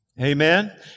Amen